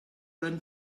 than